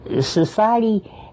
Society